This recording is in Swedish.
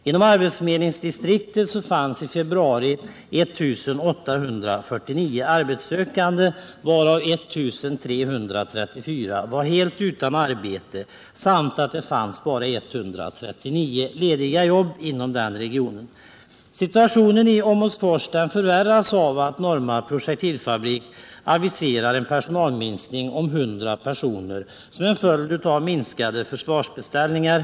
Inom arbetsförmedlingsdistriktet fanns i februari 1 849 arbetssökande, av vilka 1 334 var helt utan arbete, och det fanns bara 139 lediga jobb i regionen. Situationen i Åmotfors förvärras av att Norma Projektilfabrik aviserar en personalminskning om 100 personer som en följd av minskade försvarsbeställningar.